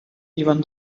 even